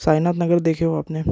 साईनाथ नगर देखे हो आपने